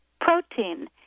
protein